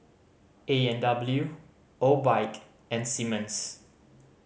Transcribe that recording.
A and W Obike and Simmons